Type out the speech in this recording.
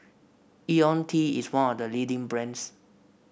IoniL T is one of the leading brands